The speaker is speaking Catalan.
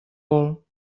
vol